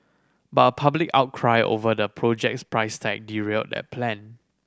but a public outcry over the project's price tag derailed that plan